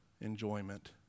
enjoyment